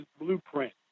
blueprint